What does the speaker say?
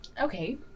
Okay